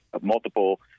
multiple